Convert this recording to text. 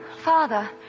Father